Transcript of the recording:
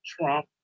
Trump